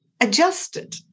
adjusted